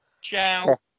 Ciao